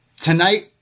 Tonight